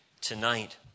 tonight